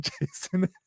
jason